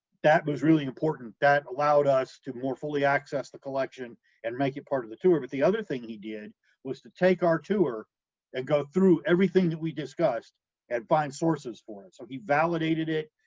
that was really important, that allowed us to more fully access the collection and make it part of the tour, but the other thing he did was to take our tour and go through everything that we discussed and find sources for it. so he validated it,